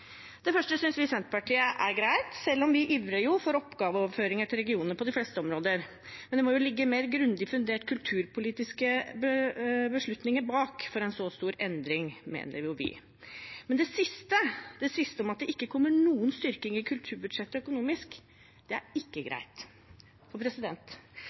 Det første synes vi i Senterpartiet er greit, selv om vi ivrer for oppgaveoverføringer til regionene på de fleste områder. Det må imidlertid ligge mer grundig funderte kulturpolitiske beslutninger bak for en så stor endring, mener vi. Men det siste – at det ikke kommer noen styrking i kulturbudsjettet økonomisk – er ikke greit. Det er